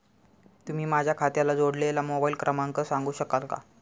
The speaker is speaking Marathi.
तुम्ही माझ्या खात्याला जोडलेला मोबाइल क्रमांक सांगू शकाल का?